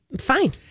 fine